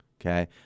Okay